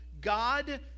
God